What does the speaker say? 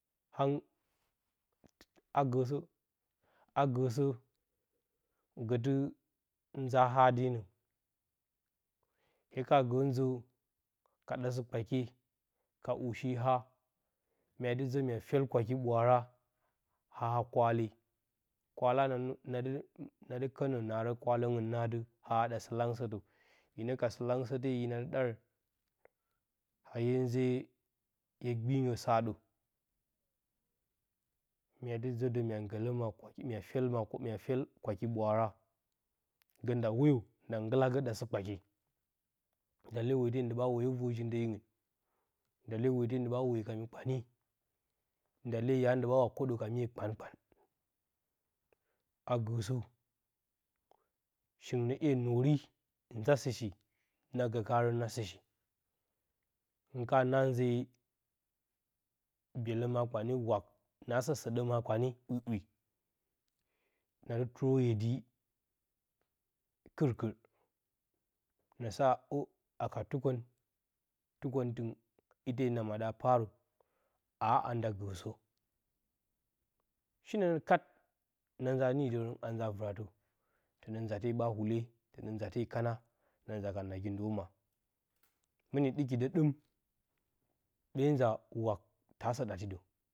Au, agəsə a gə sə, gətɨ nzaa haadenə hye kana gə nzə ka ɗash kpakye, ka ushiha, mya dɨ zə mya fyel-kwaki ɓwaara haa a kwale kwala nadɨ nadɨ kəna naarəngɨn nə atɨ a haa sə-langsətə, hinə ka sə-langsəte hina dɨ ɗarən hinə ka sə-langsəte. hina dɨ ɗarən a hye nze hye gbɨngə saɗo, mya dɨ zə də, mya gələ ma kwakɨ mya fyel mga fyelə kirkingə ma fyel kwaki ɓwaara gə nda woyo nda nggɨlagə dasɨ kpakye nda lee weete nda ɓa woyo vor ji-ndyeyingɨn, nda lee weete ndɨ ɓa woyo ka mi-kpanye nda lee ya ndɨ ba wa koɗə ka mye kpankpan agəsə, shingɨn nə'ye nori, nzaa shishii, na gə karən a sɨshi, hɨn kana na nze byelə ma kpane wak, naasə səɗə ma kpane ‘wi ‘wi na dɨ tuuwo ‘yedi, kɨr kɨr, na sa əəy, a naka tukəng, tukəngɨɨngɨn ite na maɗə a parə, a anda gəsə, shinə nə kat, na nzaa nidərən anzaa vɨratə tənə nzaate ɓa wule, tənə nzaate kana na nza ka nagi ndoma, mɨni ɗɨki də ɗɨm ɓe nzaa waki ta sə ɗati do.